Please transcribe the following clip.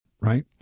right